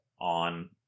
on